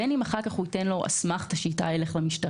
בין אם אחר כך הוא ייתן לו אסמכתה שאיתה הוא ילך למשטרה,